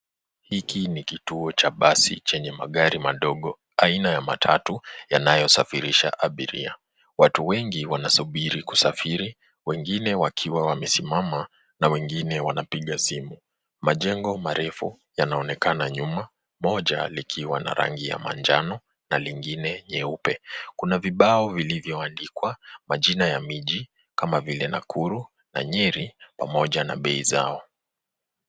Hiki ni kituo cha basi chenye magari madogo aina ya matatu yanayosafirisha abiria . Watu wengi wanasubiri kusafiri, wengine wakiwa wamesimama na wengine wanapiga simu. Majengo marefu yanaonekana nyuma, moja likiwa na rangi ya manjano na lingine nyeupe. Kuna vibao vilivyoandikwa majina ya miji kama vile Nakuru na Nyeri pamoja na bei zao.